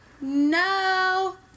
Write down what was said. No